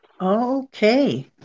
Okay